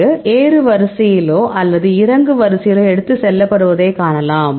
இது ஏறுவரிசையிலோ அல்லது இறங்கு வரிசையிலோ எடுத்து செல்லப்படுவதை காணலாம்